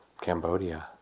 Cambodia